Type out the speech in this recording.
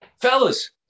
Fellas